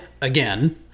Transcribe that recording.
Again